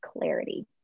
clarity